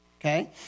Okay